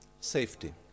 Safety